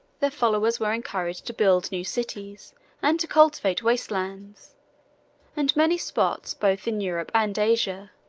their followers were encouraged to build new cities and to cultivate waste lands and many spots, both in europe and asia,